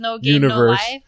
universe